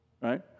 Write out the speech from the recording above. right